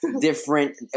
different